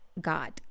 God